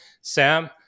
Sam